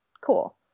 cool